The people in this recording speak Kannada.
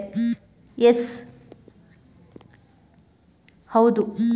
ಮನೆಲಿ ಬೆಳೆಸೊ ಗಿಡಗಳಿಗೆ ತೇವಾಂಶ ಹಾಗೂ ಬೆಳಕಿನ ಮಟ್ಟಗಳು ಹಾಗೂ ತಾಪಮಾನದ್ ಅಗತ್ಯವಿರ್ತದೆ